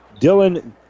Dylan